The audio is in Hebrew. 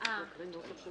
יודעת מה הפריע לי.